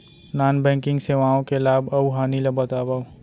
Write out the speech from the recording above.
non banking सेवाओं के लाभ अऊ हानि ला बतावव